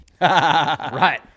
right